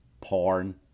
Porn